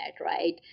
right